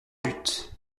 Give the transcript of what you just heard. but